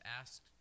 asked